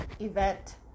event